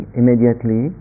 immediately